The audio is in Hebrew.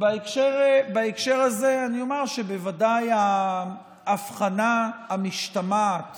בהקשר הזה אני אומר שבוודאי ההבחנה המשתמעת